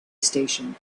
station